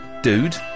dude